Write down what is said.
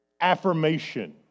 affirmation